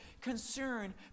concern